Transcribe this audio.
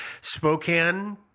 Spokane